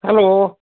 hello